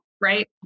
Right